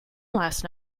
last